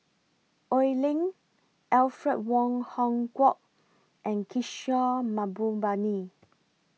Oi Lin Alfred Wong Hong Kwok and Kishore Mahbubani